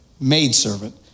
maidservant